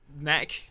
neck